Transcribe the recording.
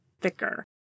thicker